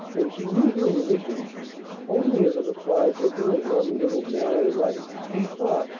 and she knew her religion only as it applied to her one little narrow life, she thought,